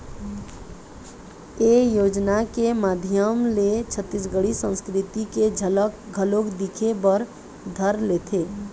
ए योजना के माधियम ले छत्तीसगढ़ी संस्कृति के झलक घलोक दिखे बर धर लेथे